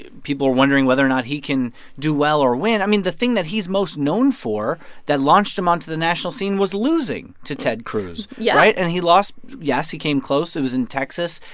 people are wondering whether or not he can do well or win. i mean, the thing that he's most known for that launched him onto the national scene was losing to ted cruz yeah right? and he lost yes, he came close. it was in texas.